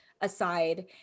aside